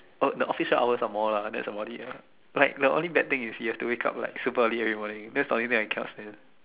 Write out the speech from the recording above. oh the office hours here are more lah that's about it lah like the only bad thing is you have to wake up like super early every morning that's the only thing I cannot stand